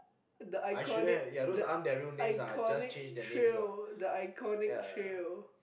the iconic the iconic trail the iconic trail